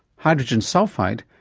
hydrogen sulphide,